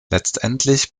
letztendlich